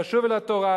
לשוב אל התורה,